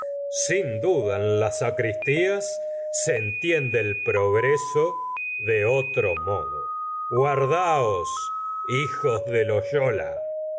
sin duda en las sacristías se entiende el progreso de otro modo guardos hijos de loyola